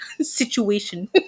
Situation